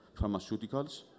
pharmaceuticals